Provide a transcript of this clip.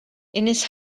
his